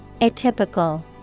Atypical